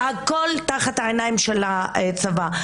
והכל תחת העיניים של הצבא.